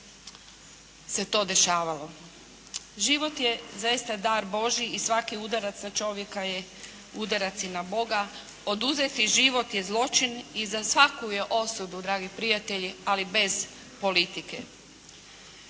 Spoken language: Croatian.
se to dešavalo. Život je zaista dar Božji i svaki udarac na čovjeka je udarac i na Boga. Oduzeti život je zločin i za svaku je osudu dragi prijatelji ali bez politike.